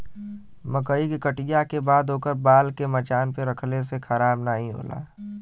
मकई के कटिया के बाद ओकर बाल के मचान पे रखले से खराब नाहीं होला